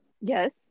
Yes